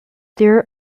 there